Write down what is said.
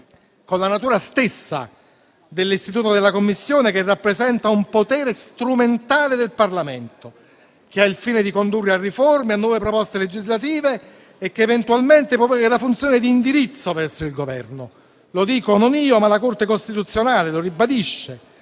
con la natura stessa dell'istituto della Commissione, che rappresenta un potere strumentale del Parlamento, che ha il fine di condurre a riforme e a nuove proposte legislative e che eventualmente può avere la funzione di indirizzo verso il Governo. Non lo dico io, ma la Corte costituzionale, che lo ribadisce